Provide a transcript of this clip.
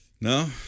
No